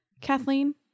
Kathleen